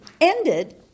ended